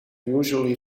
usually